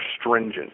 stringent